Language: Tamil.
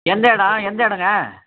எந்த இடம் எந்த இடங்க